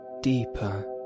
deeper